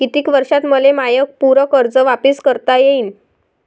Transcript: कितीक वर्षात मले माय पूर कर्ज वापिस करता येईन?